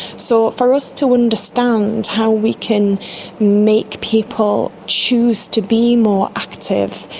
so for us to understand how we can make people choose to be more active,